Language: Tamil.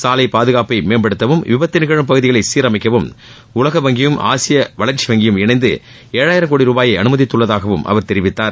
சாலை பாதுகாப்பை மேம்படுத்தவும் விபத்து நிகழும் பகுதிகளை சீரனமக்கவும் உலக வங்கியும் ஆசிய வளர்ச்சி வங்கியும் இணைந்து ஏழாயிரம் கோடி ரூபாயை அனுமதித்துள்ளதாகவும் அவர் தெரிவித்தார்